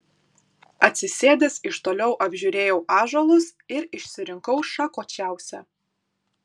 atsisėdęs iš toliau apžiūrėjau ąžuolus ir išsirinkau šakočiausią